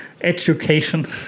education